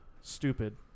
stupid